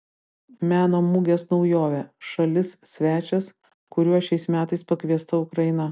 meno mugės naujovė šalis svečias kuriuo šiais metais pakviesta ukraina